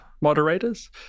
moderators